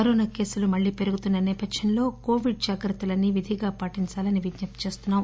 Covid కేసులు మళ్లీపెరుగుతున్న నేపథ్యంలో కోవిడ్ జాగ్రత్తలన్నీ విధిగా పాటించాలని విజ్ఞప్తి చేస్తున్నాం